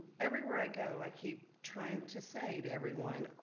everywhere i go, i keep trying to say to everyone,